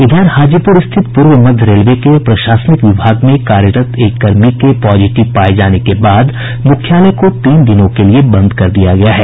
इधर हाजीपुर स्थित पूर्व मध्य रेलवे के प्रशासनिक विभाग में कार्यरत एक कर्मी के पॉजिटिव पाये जाने के बाद मुख्यालय को तीन दिनों के लिये बंद कर दिया गया है